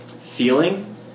feeling